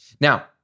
Now